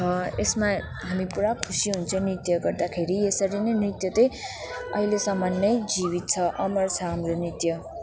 छ यसमा हामी पुरा खुसी हुन्छु नित्य गर्दाखेरि यसरी नै नृत्य चाहिँ अहिलेसम्म नै जीवित छ अमर छ हाम्रो नृत्य